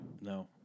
No